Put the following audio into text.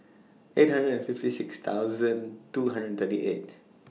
eight hundred and fifty six thousand two hundred and thirty eight